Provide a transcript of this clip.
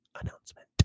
announcement